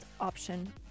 option